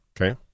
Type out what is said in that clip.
Okay